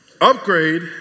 Upgrade